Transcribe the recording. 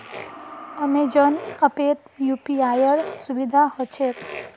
Amazon ऐपत यूपीआईर सुविधा ह छेक